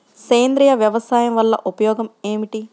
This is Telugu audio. సేంద్రీయ వ్యవసాయం వల్ల ఉపయోగం ఏమిటి?